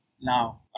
now